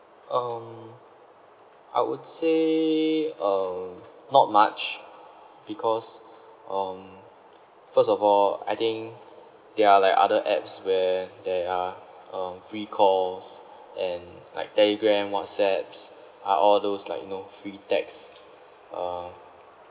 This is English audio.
um I would say um not much because um first of all I think there are like other apps where there are uh free calls and like telegram WhatsApp are all those like you know free text um